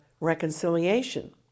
reconciliation